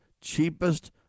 cheapest